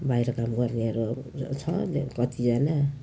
बाहिर काम गर्नेहरू छ धेर कतिजना